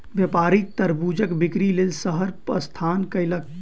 व्यापारी तरबूजक बिक्री लेल शहर प्रस्थान कयलक